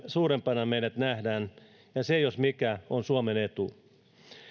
suurempana meidät nähdään ja se jos mikä on suomen etu